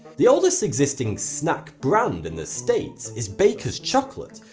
the oldest existing snack brand in the states is baker's chocolate,